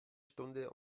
stunde